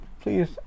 please